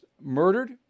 murdered